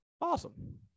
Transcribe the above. Awesome